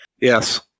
Yes